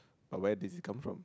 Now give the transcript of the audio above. but where did it come from